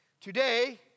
Today